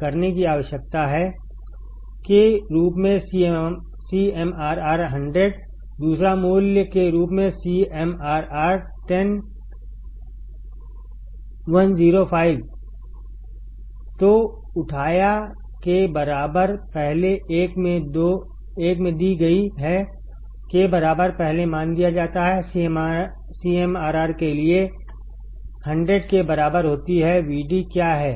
करने की आवश्यकता हैके रूप में CMRR 100 दूसरा मूल्य के रूप में CMRR 10 5 तो उठाया के बराबर पहले एक में दी गई है के बराबर पहले मान दिया जाता है CMRR के लिए 100 के बराबर होती हैVd क्या है